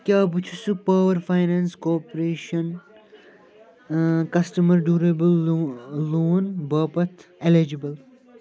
کیٛاہ بہٕ چھُسہٕ power finance corporation customer durable loan باپتھ الیجبُل